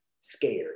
scared